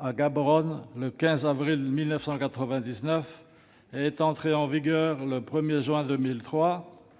à Gaborone le 15 avril 1999 et est entrée en vigueur le 1 juin 2003,